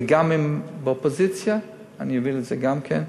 ואם אהיה באופוזיציה אני אוביל את זה גם כן,